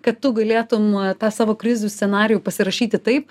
kad tu galėtum tą savo krizių scenarijų pasirašyti taip